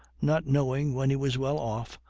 not knowing when he was well off,